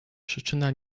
przyczyna